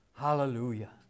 Hallelujah